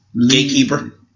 Gatekeeper